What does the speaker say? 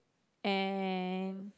and